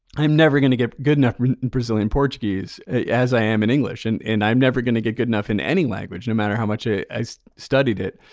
i'm never going to get good enough in brazilian portuguese as i am in english and and i'm never going to get good enough in any language, no matter how much ah i studied it,